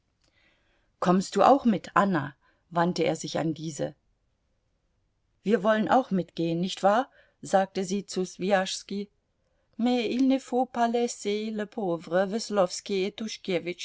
kommst du auch mit anna wandte er sich an diese wir wollen auch mitgehen nicht wahr sagte sie zu swijaschski